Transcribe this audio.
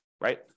right